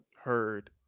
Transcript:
heard